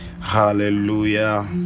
Hallelujah